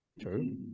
True